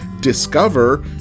discover